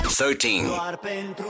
thirteen